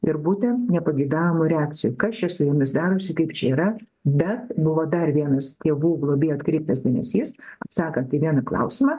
ir būtent nepageidaujamų reakcijų kas čia su jomis darosi kaip čia yra bet buvo dar vienas tėvų globėjų atkreiptas dėmesys atsakant į vieną klausimą